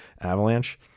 Avalanche